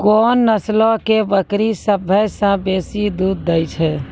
कोन नस्लो के बकरी सभ्भे से बेसी दूध दै छै?